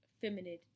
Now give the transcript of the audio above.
feminine